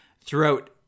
throughout